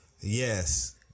yes